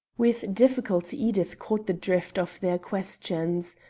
with difficulty edith caught the drift of their questions.